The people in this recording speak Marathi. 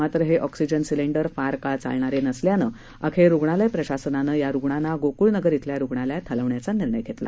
मात्र हे ऑक्सिजन सिलेंडरही फार काळ चालणारे नसल्यानं अखेर रुग्णालय प्रशासनानं या रुग्णांना गोकुळनगर धिल्या रुग्णालयात हलवण्याचा निर्णय घेतला